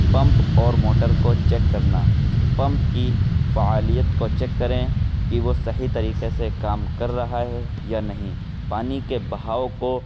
pump اور motor کو check کرنا پمپ کی فعالیت کو چیک کریں کہ وہ صحیح طریقے سے کام کر رہا ہے یا نہیں پانی کے بہاؤ کو